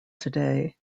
today